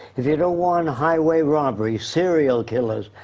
if you don't want highway robbery, serial killers,